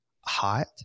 hot